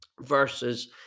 versus